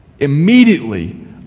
immediately